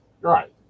Right